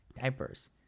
diapers